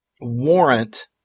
warrant